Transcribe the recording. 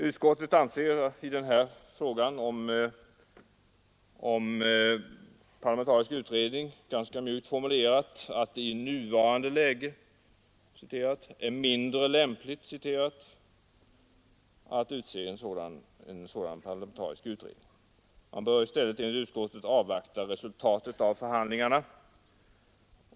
Utskottet anser i frågan om parlamentarisk utredning, ganska mjukt formulerat, att det ”i nuvarande läge” är ”mindre lämpligt” att utse en sådan parlamentarisk utredning. Man bör i stället enligt utskottet avvakta resultatet av förhandlingarna.